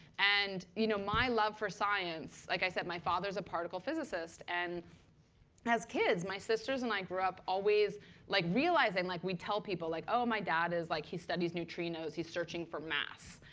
and you know my love for science like i said, my father is a particle physicist and has kids. my sisters and i grew up always like realizing like we'd tell people, like, oh, my dad, like he studies neutrinos. he's searching for mass.